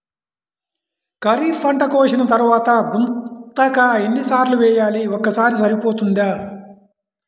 ఖరీఫ్ పంట కోసిన తరువాత గుంతక ఎన్ని సార్లు వేయాలి? ఒక్కసారి సరిపోతుందా?